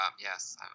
Yes